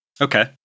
Okay